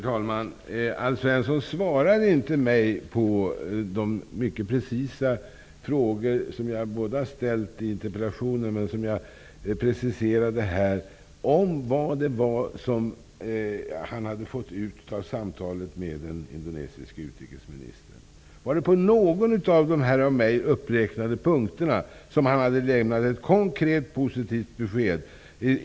Herr talman! Alf Svensson svarade inte mig på de mycket precisa frågor som jag både ställt i interpellationen och preciserade här i kammaren om vad han fått ut av samtalen med den indonesiske utrikesministern. Hade utrikesministern på någon av de av mig uppräknade punkterna givit ett konkret positivt besked?